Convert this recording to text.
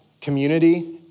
community